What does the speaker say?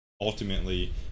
ultimately